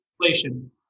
inflation